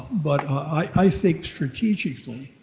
but i think strategically